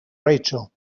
rachel